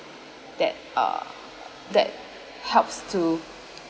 that uh that helps to